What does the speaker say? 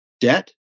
debt